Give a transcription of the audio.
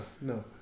no